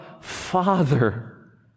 Father